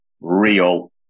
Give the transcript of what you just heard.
real